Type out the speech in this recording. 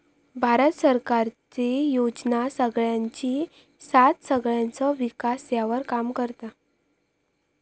भारत सरकारचे योजना सगळ्यांची साथ सगळ्यांचो विकास ह्यावर काम करता